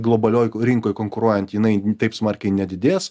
globalioj rinkoj konkuruojant jinai taip smarkiai nedidės